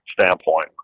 standpoint